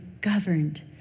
governed